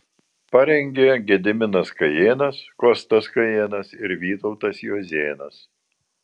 parengė gediminas kajėnas kostas kajėnas ir vytautas juozėnas